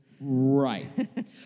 right